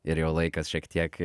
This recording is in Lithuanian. ir jau laikas šiek tiek